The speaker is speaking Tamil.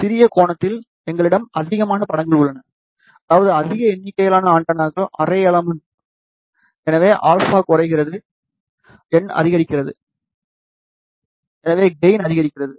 சிறிய கோணத்தில் எங்களிடம் அதிகமான படங்கள் உள்ளன அதாவது அதிக எண்ணிக்கையிலான ஆண்டெனா அரே எலமென்ட் எனவே α குறைகிறது n அதிகரிக்கிறது எனவே கெயின் அதிகரிக்கிறது